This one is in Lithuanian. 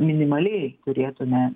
minimaliai turėtume